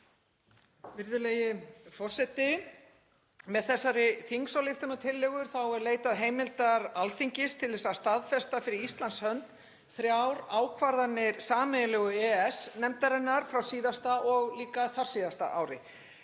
Virðulegi forseti. Með þessari þingsályktunartillögu er leitað heimildar Alþingis til að staðfesta fyrir Íslands hönd þrjár ákvarðanir sameiginlegu EES-nefndarinnar frá síðasta og líka þarsíðasta ári.